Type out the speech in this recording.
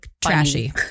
Trashy